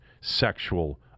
sexual